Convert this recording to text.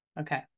Okay